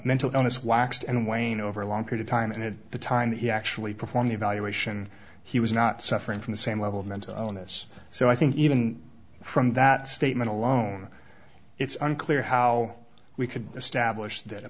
mental illness waxed and waned over a longer time and at the time that he actually performed the evaluation he was not suffering from the same level of mental illness so i think even from that statement alone it's unclear how we could establish that a